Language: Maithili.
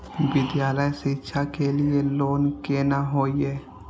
विद्यालय शिक्षा के लिय लोन केना होय ये?